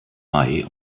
mai